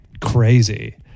crazy